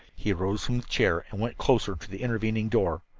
he rose from the chair and went closer to the intervening door.